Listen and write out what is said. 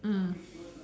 mm mm